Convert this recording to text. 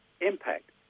impact